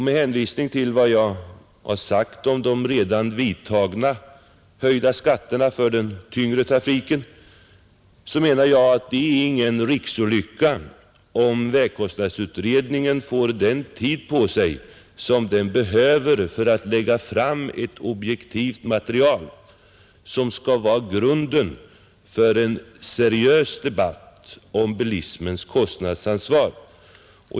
Med hänvisning till vad jag sagt om de redan beslutade höjda skatterna för den tyngre trafiken menar jag att det är ingen riksolycka om vägkostnadsutredningen får den tid på sig som den behöver för att lägga fram ett objektivt material, som skall utgöra grunden för en seriös debatt om bilismens kostnadsansvar.